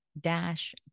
dash